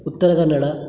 Uttara Kannada